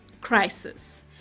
crisis